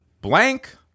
blank